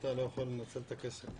אתה לא יכול לנצל את הכסף.